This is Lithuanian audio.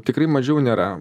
tikrai mažiau nėra